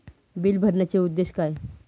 Bill भरण्याचे उद्देश काय?